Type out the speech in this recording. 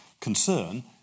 concern